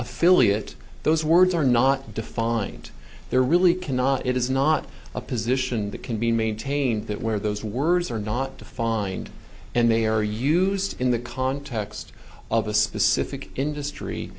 affiliate those words are not defined there really cannot it is not a position that can be maintained that where those words are not defined and they are used in the context of a specific industry